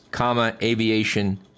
aviation